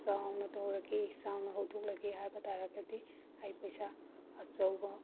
ꯆꯥꯎꯅ ꯇꯧꯔꯒꯦ ꯆꯥꯎꯅ ꯍꯧꯗꯣꯛꯂꯒꯦ ꯍꯥꯏꯕ ꯇꯥꯔꯒꯗꯤ ꯑꯩ ꯄꯩꯁꯥ ꯑꯆꯧꯕ